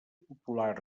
popular